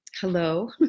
Hello